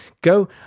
go